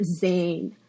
Zayn